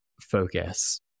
focus